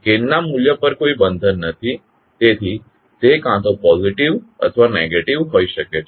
gain ના મૂલ્ય પર કોઈ બંધન નથી તેથી તે કા તો પોઝિટીવ અથવા નેગેટીવ હોઈ શકે છે